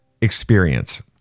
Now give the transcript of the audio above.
experience